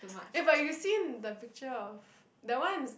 eh but you seen the picture of that ones